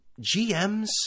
GMs